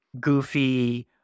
goofy